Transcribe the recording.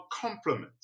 complement